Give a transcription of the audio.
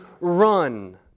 run